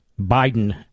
Biden